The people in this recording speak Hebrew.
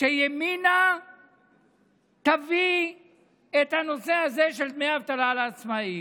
שימינה תביא את הנושא הזה של דמי אבטלה לעצמאים.